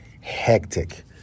hectic